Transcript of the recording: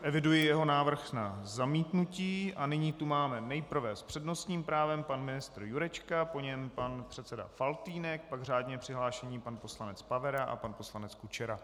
Eviduji jeho návrh na zamítnutí a nyní tu máme: nejprve s přednostním právem pan ministr Jurečka, po něm pan předseda Faltýnek, pak řádně přihlášený pan poslanec Pavera a pan poslanec Kučera.